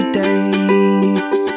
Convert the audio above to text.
dates